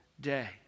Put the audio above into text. day